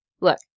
look